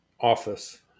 office